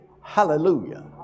Hallelujah